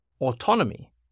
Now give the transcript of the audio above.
Autonomy